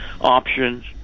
options